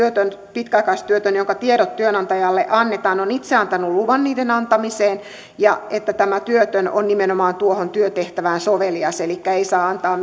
pitkäaikaistyötön jonka tiedot työnantajalle annetaan on itse antanut luvan niiden antamiseen ja että tämä työtön on nimenomaan tuohon työtehtävään sovelias elikkä ei saa antaa